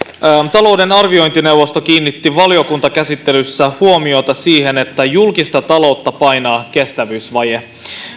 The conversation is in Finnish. talouden arviointineuvosto kiinnitti valiokuntakäsittelyssä huomiota siihen että julkista taloutta painaa kestävyysvaje